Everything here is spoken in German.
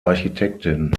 architektin